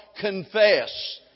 confess